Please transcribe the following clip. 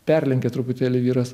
perlenkė truputėlį vyras